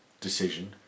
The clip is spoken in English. decision